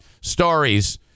stories